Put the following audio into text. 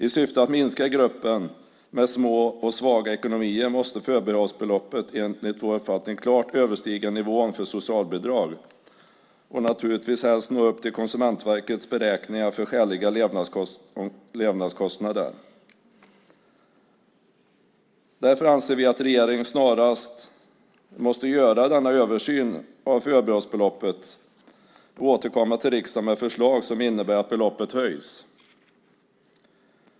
I syfte att minska gruppen med små och svaga ekonomier måste förbehållsbeloppet, enligt vår uppfattning, klart överstiga nivån för socialbidrag och naturligtvis helst nå upp till Konsumentverkets beräkningar för skäliga levnadskostnader. Därför anser vi att regeringen snarast måste göra denna översyn av förbehållsbeloppet och återkomma till riksdagen med förslag som innebär att beloppet höjs.